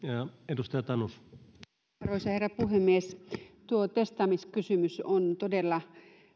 arvoisa herra puhemies tuo testaamiskysymys on todella